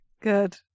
Good